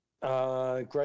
Great